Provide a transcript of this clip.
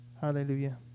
Hallelujah